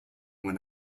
when